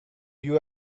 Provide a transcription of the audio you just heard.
you